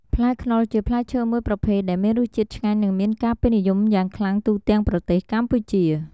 ផ្លែខ្នុរជាផ្លែរឈើមួយប្រភេទដែលមានរសជាតិឆ្ងាញ់ និងមានការពេញនិយមយ៉ាងខ្លាំងទូទាំងប្រទេសកម្ពុជា។